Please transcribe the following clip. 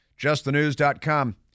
JustTheNews.com